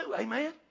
Amen